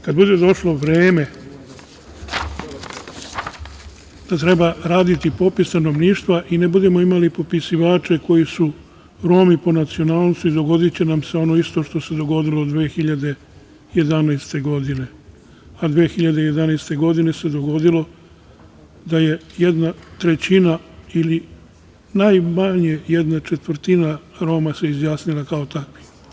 Kada bude došlo vreme da treba raditi popis stanovništva i ne budemo imali popisivače koji su Romi po nacionalnosti dogodiće nam se ono isto što se dogodilo 2011. godine, a 2011. godine se dogodilo da se jedna trećina ili najmanje jedna četvrtina Roma izjasnila kao tako.